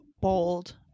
bold